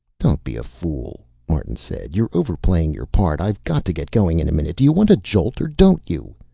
don't be a fool, martin said. you're overplaying your part. i've got to get going in a minute. do you want a jolt or don't you?